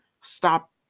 stop